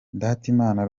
ndatimana